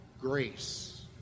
Grace